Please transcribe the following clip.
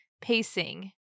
pacing